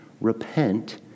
Repent